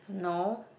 no